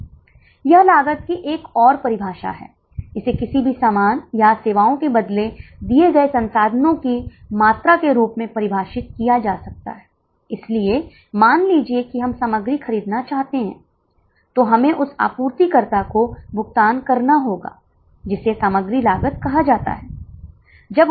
तो परिवर्तनीय लागत अब 17280 है एसवीसी ऊपर जाएगा क्योंकि अब 4 बसें हैं निश्चित लागत स्थिर है कुल लागत अब 52304 है और आप देख सकते हैं कि औसत लागत थोड़ी बढ़ गई है